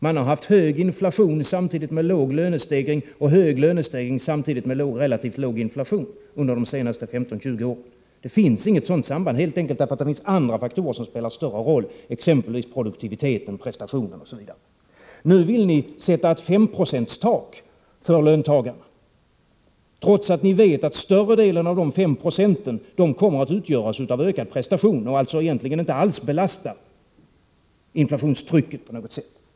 Man har haft hög inflation samtidigt med låga lönestegringar och höga lönestegringar samtidigt med relativt låg inflation under de senaste 15-20 åren. Det finns inget sådant samband, helt enkelt på grund av att det finns andra faktorer som spelar större roll, exempelvis produktiviteten och prestationen. Nu vill ni sätta ett femprocentstak för löntagarna, trots att ni vet att större delen av dessa 596 kommer att utgöras av ökad prestation och alltså egentligen inte alls kommer att öka inflationstrycket på något sätt.